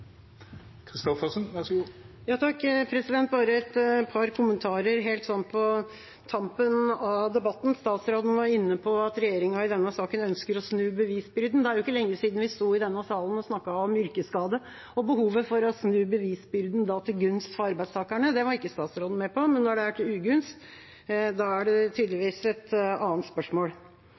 et par kommentarer helt på tampen av debatten. Statsråden var inne på at regjeringa i denne saken ønsker å snu bevisbyrden. Det er ikke lenge siden vi sto i denne salen og snakket om yrkesskade og behovet for å snu bevisbyrden til gunst for arbeidstakerne. Det var ikke statsråden med på, men når det er til ugunst, er det tydeligvis et annet spørsmål.